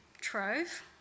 Trove